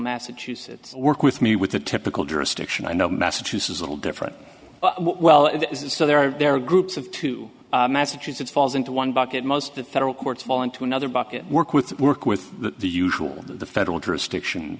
massachusetts work with me with the typical jurisdiction i know massachusetts little different what well it is so there are there are groups of two massachusetts falls into one bucket most the federal courts fall into another bucket work with work with the usual the federal jurisdiction